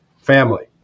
family